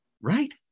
Right